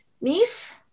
niece